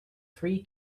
three